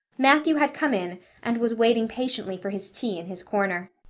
matthew had come in and was waiting patiently for his tea in his corner.